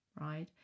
right